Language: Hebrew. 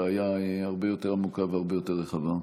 הבעיה הזאת היא בעיה הרבה יותר עמוקה והרבה יותר רחבה.